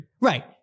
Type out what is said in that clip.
right